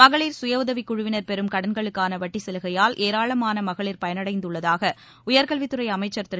மகளிர் சுயஉதவிக் குழுவினர் பெறும் கடன்களுக்கான வட்டிச் சலுகையால் ஏராளமான மகளிர் பயனடைந்துள்ளதாக உயர்கல்வித்துறை அமைச்சர் திரு